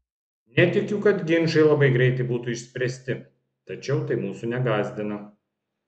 netikiu kad ginčai labai greitai būtų išspręsti tačiau tai mūsų negąsdina